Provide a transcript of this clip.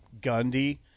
Gundy